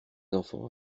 d’enfants